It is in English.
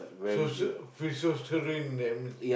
so uh free souls to rim then